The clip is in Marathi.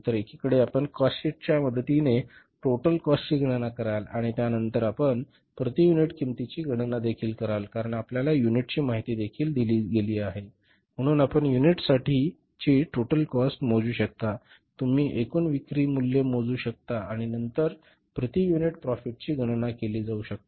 तर एकीकडे आपण काॅस्ट शीट च्या मदतीने टोटल काॅस्ट ची गणना कराल आणि नंतर आपण प्रति युनिट किंमतीची गणना देखील कराल कारण आपल्याला युनिटची माहिती देखील दिली गेली आहे म्हणून आपण युनिटसाठीची टोटल काॅस्ट मोजू शकतातुम्ही एकूण विक्री मूल्य मोजून शकता आणि नंतर प्रति युनिट प्रोफिट ची गणना केली जाऊ शकते